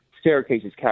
staircases